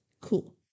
cool